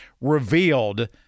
revealed